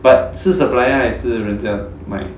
but 是 supplier 还是人家卖